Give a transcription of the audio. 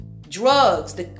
Drugs